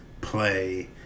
play